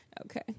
okay